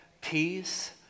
peace